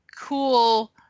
Cool